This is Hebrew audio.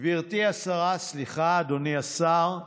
גברתי השרה, סליחה, אדוני השר.